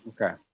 Okay